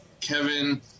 Kevin